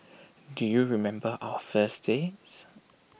do you remember our first dates